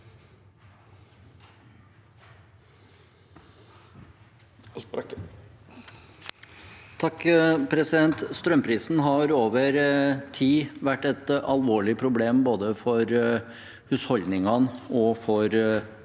Strømprisen har over tid vært et alvorlig problem både for husholdningene og for